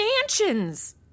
mansions